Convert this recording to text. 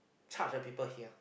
charge the people here